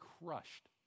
crushed